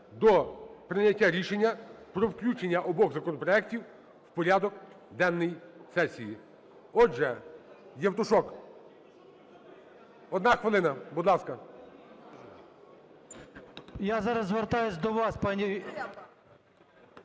до прийняття рішення про включення обох законопроектів в порядок денний сесії. Отже, Євтушок, одна хвилина, будь ласка.